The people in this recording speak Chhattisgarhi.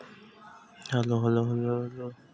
का कीट ह हमन ला कुछु नुकसान दे सकत हे?